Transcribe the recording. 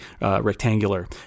rectangular